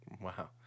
Wow